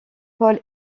paul